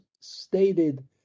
stated